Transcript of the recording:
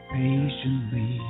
patiently